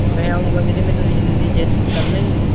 ਮੈਂ ਆਊਂਗਾ ਵੀਰੇ ਮੈਨੂੰ ਈਜਿਲੀ ਅਜੈਸਟ ਕਰ ਲੈਣਗੇ